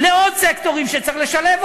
לעוד סקטורים שצריך לשלב.